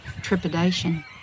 trepidation